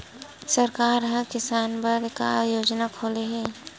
सरकार ह किसान बर का योजना खोले हे?